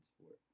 sport